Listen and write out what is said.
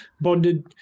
bonded